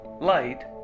light